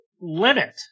limit